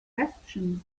questions